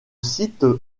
site